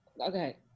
Okay